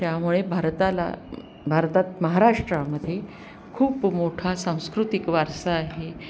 त्यामुळे भारताला भारतात महाराष्ट्रामध्ये खूप मोठा सांस्कृतिक वारसा आहे